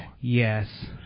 Yes